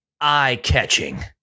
eye-catching